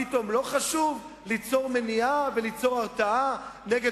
פתאום לא חשוב ליצור מניעה וליצור הרתעה נגד